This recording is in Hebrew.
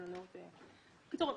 בקיצור,